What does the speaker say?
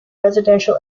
residential